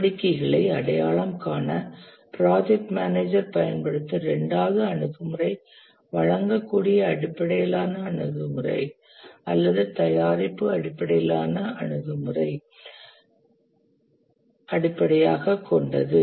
நடவடிக்கைகளை அடையாளம் காண ப்ராஜெக்ட் மேனேஜர் பயன்படுத்தும் இரண்டாவது அணுகுமுறை வழங்கக்கூடிய அடிப்படையிலான அணுகுமுறை அல்லது தயாரிப்பு அடிப்படையிலான அணுகுமுறையை அடிப்படையாகக் கொண்டது